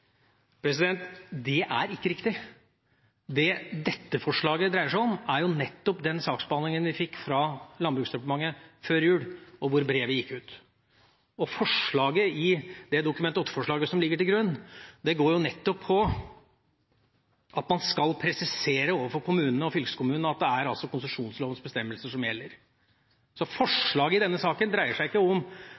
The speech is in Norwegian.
Det er ikke riktig. Det dette forslaget dreier seg om, er jo nettopp den saksbehandlinga vi fikk fra Landbruksdepartementet før jul, da brevet gikk ut. Dokument 8-forslaget som ligger til grunn, går jo nettopp på at man skal presisere overfor kommunene og fylkeskommunene at det er konsesjonslovens bestemmelser som gjelder. Så forslaget i denne saken dreier seg ikke om